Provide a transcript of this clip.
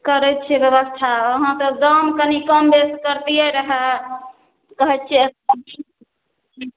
करै छियै व्यवस्था अहाँ तऽ दाम कनी कमबेसी करतियै रहय कहै छियै